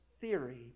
theory